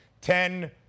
Ten